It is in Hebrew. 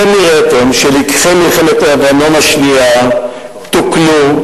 אתם הראיתם שלקחי מלחמת לבנון השנייה תוקנו,